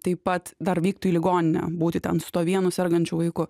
taip pat dar vyktų į ligoninę būti ten su tuo vienu sergančiu vaiku